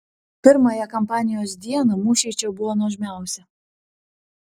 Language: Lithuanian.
pirmąją kampanijos dieną mūšiai čia buvo nuožmiausi